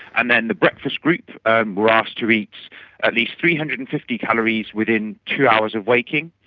and then the breakfast group were asked to eat at least three hundred and fifty calories within two hours of waking,